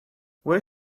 where